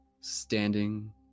standing